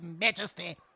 majesty